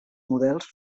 models